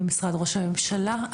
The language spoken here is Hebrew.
במשרד ראש הממשלה.